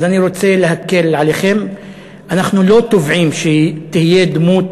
אז אני רוצה להקל עליכם: אנחנו לא תובעים שתהיה דמות